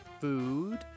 food